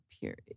period